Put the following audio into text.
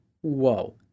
Whoa